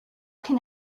can